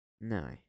No